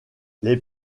les